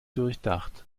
durchdacht